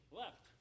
left